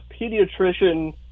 pediatrician